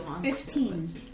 Fifteen